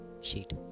Sheet